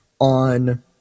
on